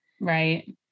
Right